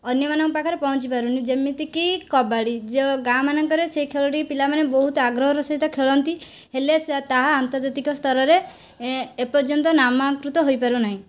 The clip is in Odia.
ଅନ୍ୟମାନଙ୍କ ପାଖରେ ପହଞ୍ଚିପାରୁନାହିଁ ଯେମିତିକି କବାଡ଼ି ଯେଉଁ ଗାଁମାନଙ୍କରେ ସେ ଖେଳଟି ପିଲାମାନେ ବହୁତ ଆଗ୍ରହର ସହିତ ଖେଳନ୍ତି ହେଲେ ତାହା ଆନ୍ତର୍ଜାତିକ ସ୍ତରରେ ଏପର୍ଯ୍ୟନ୍ତ ନାମାଙ୍କିତ ହୋଇପାରୁ ନାହିଁ